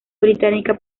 británica